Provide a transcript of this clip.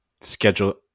schedule